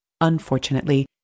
Unfortunately